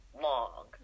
long